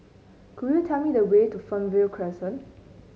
could you tell me the way to Fernvale Crescent